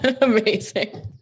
amazing